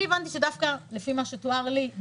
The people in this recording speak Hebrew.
לפי מה שתואר לי,